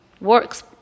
works